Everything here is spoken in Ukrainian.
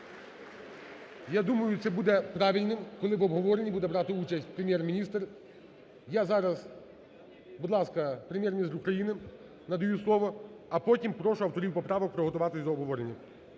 Я думаю, це буде правильним, коли в обговоренні буде брати участь Прем'єр-міністр. Я зараз… Будь ласка, Прем'єр-міністр України надаю слово, а потім прошу авторів поправок приготуватися до обговорення.